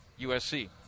USC